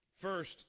First